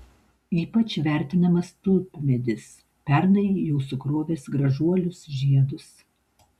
ypač vertinamas tulpmedis pernai jau sukrovęs gražuolius žiedus